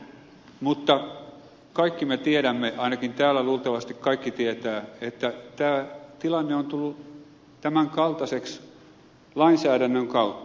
mutta kaikki me tiedämme ainakin täällä luultavasti kaikki tietävät että tämä tilanne on tullut tämän kaltaiseksi lainsäädännön kautta